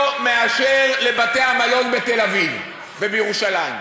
מאשר לבתי-המלון בתל-אביב ובירושלים.